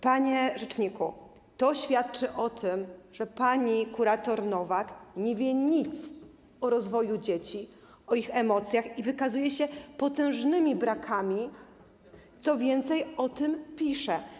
Panie rzeczniku, to świadczy o tym, że pani kurator Nowak nie wie nic o rozwoju dzieci, o ich emocjach, i wykazuje się potężnymi brakami, co więcej, o tym pisze.